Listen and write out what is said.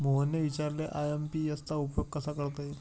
मोहनने विचारले आय.एम.पी.एस चा उपयोग कसा करता येईल?